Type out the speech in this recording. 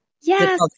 Yes